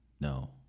No